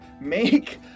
Make